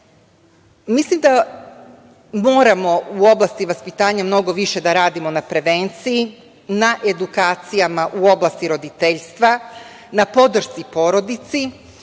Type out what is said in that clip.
da moramo u oblasti vaspitanja mnogo više da radimo na prevenciji, na edukacijama u oblastima roditeljstva, na podršci porodici.